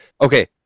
okay